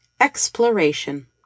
Exploration